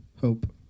Hope